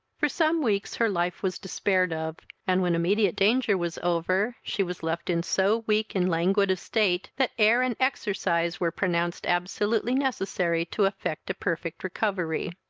for some weeks her life was despaired of, and, when immediate danger was over, she was left in so weak and languid a state, that air and exercise were pronounced absolutely necessary to effect a perfect recovery.